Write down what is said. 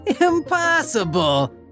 Impossible